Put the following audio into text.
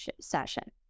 session